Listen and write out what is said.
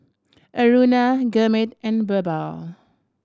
Aruna Gurmeet and Birbal